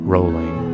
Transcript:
Rolling